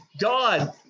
God